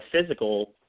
physical